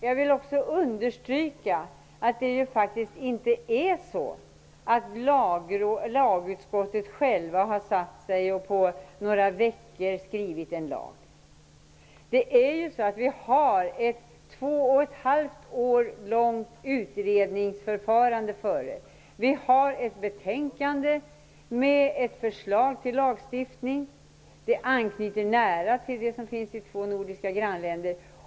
Jag vill också understryka att lagutskottet inte självt på några veckor har skrivit en lag. Den har föregåtts av ett två och ett halvt år långt utredningsförfarande. Vi har ett betänkande med ett förslag till lagstiftning, som nära anknyter till det som finns i två nordiska grannländer.